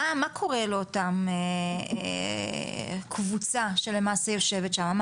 מה קורה לאותה קבוצה שלמעשה יושבת שם?